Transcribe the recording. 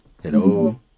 Hello